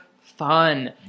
fun